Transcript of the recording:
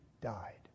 died